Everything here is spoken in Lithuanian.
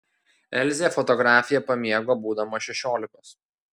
elzė fotografiją pamėgo būdama šešiolikos